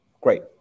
great